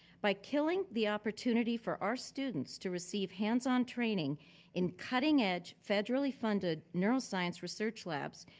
by killing the opportunity for our students to receive hands on training in cutting edge federally funded neuroscience research labs,